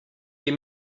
give